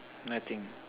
nothing